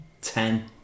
ten